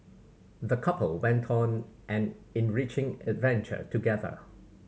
the couple went on an enriching adventure together